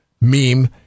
meme